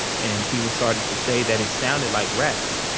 and people started to say that it sounded like raps,